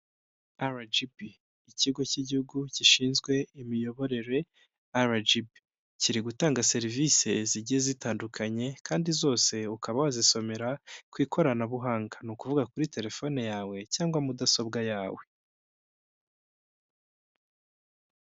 RGB, ikigo cy'igihugu gishinzwe imiyoborere RGB, kiri gutanga serivisi zigiye zitandukanye kandi zose ukaba wazisomera ku ikoranabuhanga. Ni ukuvuga kuri terefone yawe cyangwa mudasobwa yawe.